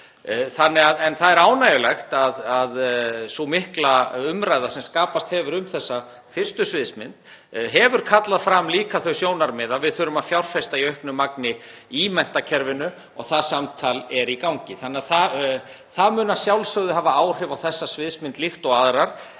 En það er ánægjulegt að sú mikla umræða sem skapast hefur um þessa fyrstu sviðsmynd hefur kallað fram líka þau sjónarmið að við þurfum að fjárfesta í auknum mæli í menntakerfinu og það samtal er í gangi. Það mun að sjálfsögðu hafa áhrif á þessa sviðsmynd líkt og aðrar,